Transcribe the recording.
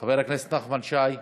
חבר הכנסת נחמן שי.